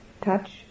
touch